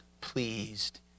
pleased